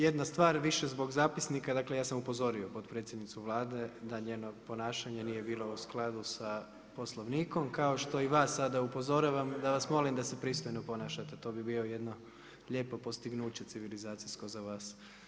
Jedna stvar, više zbog zapisnika, dakle ja sam upozorio potpredsjednicu Vlade da njeno ponašanje nije bilo u skladu sa Poslovnikom, kao što i vas sada upozoravam da vas molim da se pristojno ponašate, to bi bilo jedno lijepo postignuće, civilizacijsko za vas.